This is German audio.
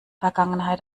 vergangenheit